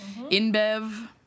InBev